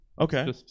Okay